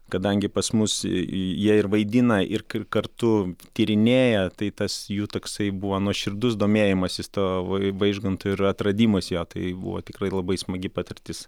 kadangi pas mus jie ir vaidina ir kartu tyrinėja tai tas jų toksai buvo nuoširdus domėjimasis tuo vaižgantu ir atradimas jo tai buvo tikrai labai smagi patirtis